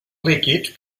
líquid